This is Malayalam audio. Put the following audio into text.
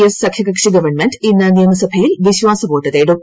എസ് സഖ്യകക്ഷി ഗവൺമെന്റ് ഇന്ന് നിയമസഭയിൽ വിശ്വാസവോട്ട് തേടും